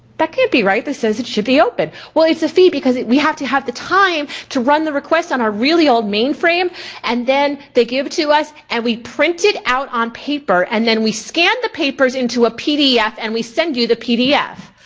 that can't be right, this says it should be open. well it's a fee because we have to have the time to run the requests on our really old mainframe and then they give to us and we print it out on paper and then we scan the papers into a pdf and we send you the pdf.